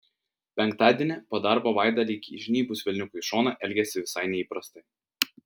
penktadienį po darbo vaida lyg įžnybus velniukui į šoną elgėsi visai neįprastai